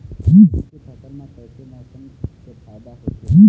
गेहूं के फसल म कइसे मौसम से फायदा होथे?